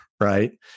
right